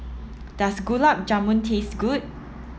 does Gulab Jamun taste good